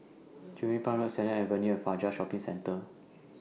Cluny Park Road Sennett Avenue and Fajar Shopping Centre